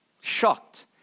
Shocked